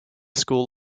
school